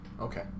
Okay